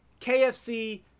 KFC